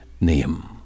name